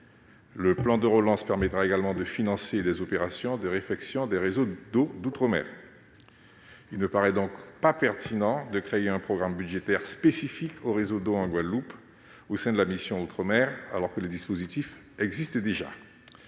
Le plan de relance permettra également de financer des opérations de réfection des réseaux d'eau outre-mer. Il ne paraît donc pas pertinent de créer un programme budgétaire spécifique aux réseaux d'eau en Guadeloupe au sein de la mission « Outre-mer », alors que des dispositifs existent déjà.